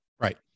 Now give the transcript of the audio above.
Right